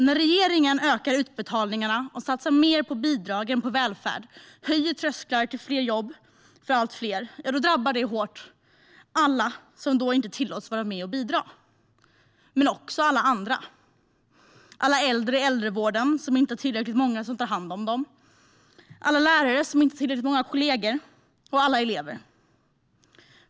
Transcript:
När regeringen ökar utbetalningarna och satsar mer på bidrag än på välfärd och höjer tröskeln till jobb för allt fler drabbar det hårt alla som då inte tillåts vara med och bidra, men också alla andra: alla äldre i äldrevården, som inte har tillräckligt många som tar hand om dem, alla lärare som inte har tillräckligt många kollegor, och alla elever.